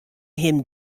him